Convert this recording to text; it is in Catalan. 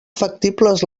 factibles